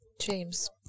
james